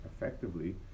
effectively